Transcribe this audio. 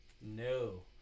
no